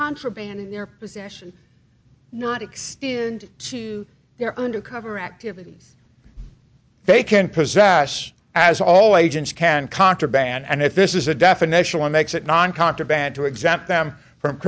contraband in their possession not extend to their undercover activities they can possess as all agents can contraband and if this is a definition one makes it non contraband to exempt them from